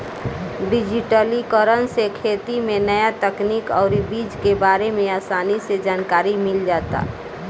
डिजिटलीकरण से खेती में न्या तकनीक अउरी बीज के बारे में आसानी से जानकारी मिल जाता